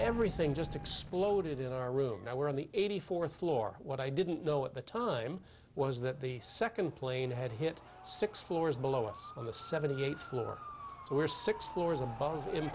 everything just exploded in our room now we're on the eighty fourth floor what i didn't know at the time was that the second plane had hit six floors below us on the seventy eighth floor were six floors above